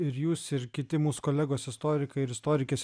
ir jūs ir kiti mūsų kolegos istorikai ir istorikės